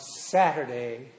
Saturday